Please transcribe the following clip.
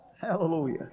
Hallelujah